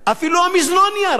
אפילו המזנון נהיה ריק.